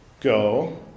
Go